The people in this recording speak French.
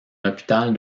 hôpital